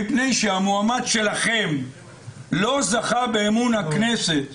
מפני שהמועמד שלכם לא זכה באמון הכנסת